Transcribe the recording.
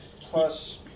plus